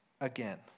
again